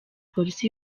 polisi